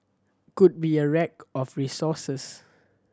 could be a rack of resources